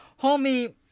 Homie